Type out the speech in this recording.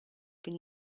been